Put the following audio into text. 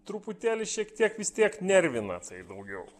truputėlį šiek tiek vis tiek nervina tai daugiau